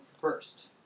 first